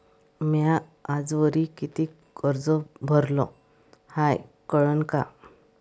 म्या आजवरी कितीक कर्ज भरलं हाय कळन का?